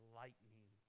lightning